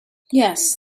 yes